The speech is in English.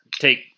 take –